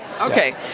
Okay